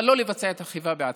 אבל לא לבצע את האכיפה בעצמה.